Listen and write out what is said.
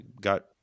got